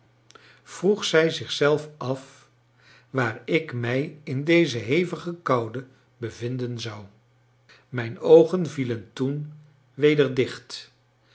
vroeg zij zichzelf af waar ik mij in deze hevige koude bevinden zou mijn oogen vielen toen weder dicht